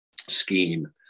scheme